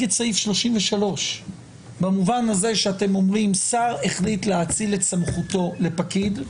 את סעיף 33 במובן הזה שאתם אומרים שר החליט להאציל את סמכותו לפקיד,